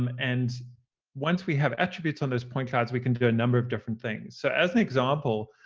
um and once we have attributes on those point clouds, we can do a number of different things. so as an example,